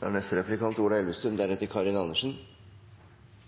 Jeg er